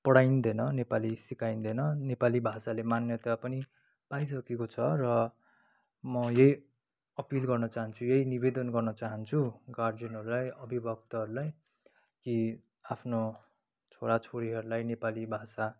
पढाइँदैन नेपाली सिकाइँदैन नेपाली भाषाले मान्यता पनि पाइसकेको छ र म यही अपिल गर्न चाहन्छु यही निवेदन गर्न चाहन्छु गार्जेनहरूलाई अभिभावकहरूलाई कि आफ्नो छोराछोरीहरूलाई नेपाली भाषा